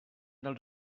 dels